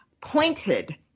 pointed